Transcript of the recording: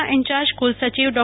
ના ઈન્ચાર્જ કુલસચિવ ડો